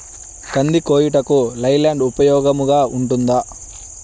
కంది కోయుటకు లై ల్యాండ్ ఉపయోగముగా ఉంటుందా?